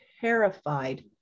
terrified